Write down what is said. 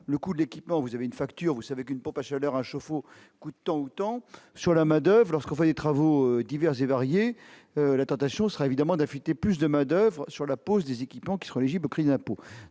le coût d'équipement, vous avez une facture, vous savez qu'une pompe à chaleur à chauffe-eau coûte tant ou tant sur la Main-d'oeuvre lorsqu'on voit les travaux divers et variés, la tentation sera évidemment d'affecter plus de Main-d'oeuvre sur la pose des équipements qui sont les peu d'impôts,